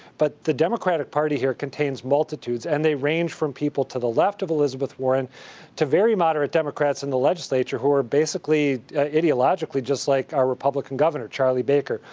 but the democratic party here contains multitudes. and they range from people to the left of elizabeth warren to very moderate democrats in the legislature who are basically ideologically just like our republican governor, charlie baker.